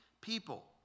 people